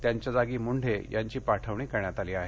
त्यांच्या जागी मुंढे यांची पाठवणी करण्यात आली आहे